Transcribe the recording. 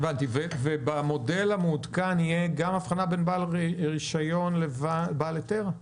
ובמודל המעודכן תהיה הבחנה בין בעל רישיון לבעל היתר.